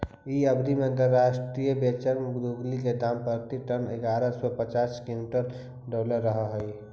इ अवधि में अंतर्राष्ट्रीय बेंचमार्क लुगदी के दाम प्रति टन इग्यारह सौ पच्चास केनेडियन डॉलर रहऽ हई